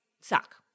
suck